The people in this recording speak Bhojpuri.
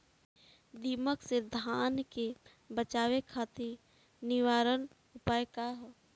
दिमक से धान के बचावे खातिर निवारक उपाय का ह?